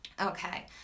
Okay